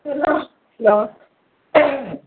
hello